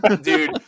Dude